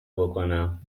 بکنم